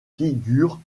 figure